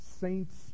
saints